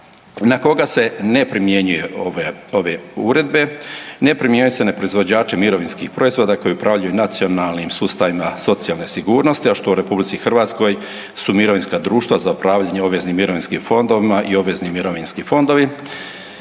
Na koga se ne primjenjuju ove uredbe? Ne primjenjuju se na proizvođače mirovinskih proizvoda koji upravljaju nacionalnim sustavima socijalne sigurnosti, a što u RH su mirovinska društva za upravljanje obveznim mirovinskim fondovima i obvezni mirovinski fondovi.